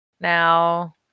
now